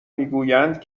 میگویند